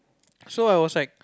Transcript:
so I was like